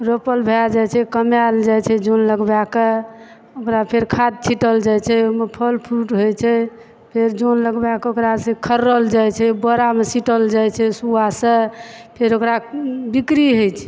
रोपल भए जाइ छै कमाएल जाइ छै जन लगबाए कऽ ओकरा फेर खाद छिटल जाइ छै ओहिमे फल फूल होइ छै फेर जन लगबाए कऽ ओकरा से खर्रल जाइ छै बोरा मे सीटल जाइ छै सुवा सऽ फेर ओकरा बिक्री होइ छै